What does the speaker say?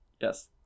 Yes